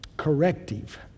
corrective